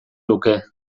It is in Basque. luke